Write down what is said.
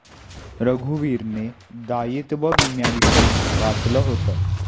रघुवीरने दायित्व विम्याविषयी वाचलं होतं